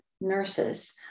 nurses